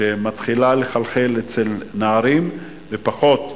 שמתחילה לחלחל אצל נערים, ופחות,